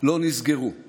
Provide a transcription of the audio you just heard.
לא נסגרו;